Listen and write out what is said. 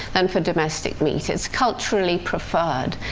than for domestic meat it's culturally preferred.